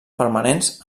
permanents